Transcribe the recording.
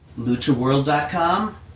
LuchaWorld.com